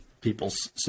people's